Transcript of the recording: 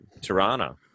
Tirana